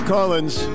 Collins